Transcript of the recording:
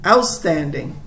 Outstanding